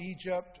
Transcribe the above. Egypt